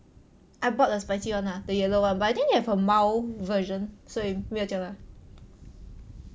I bought the spicy [one] lah the yellow lah but I think they have a mild version 所以没有这样辣